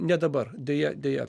ne dabar deja deja